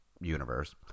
universe